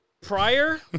prior